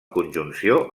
conjunció